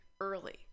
early